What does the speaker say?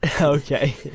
Okay